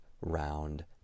round